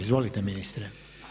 Izvolite ministre.